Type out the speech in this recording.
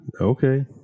Okay